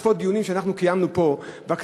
בעקבות דיונים שקיימנו פה בכנסת,